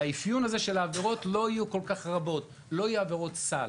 צריך שלא יהיו הרבה "עבירות סל",